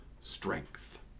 Strength